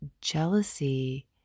jealousy